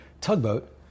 tugboat